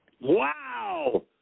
Wow